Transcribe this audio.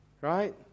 right